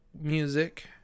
music